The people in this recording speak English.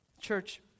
Church